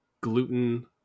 gluten